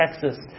Texas